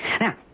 Now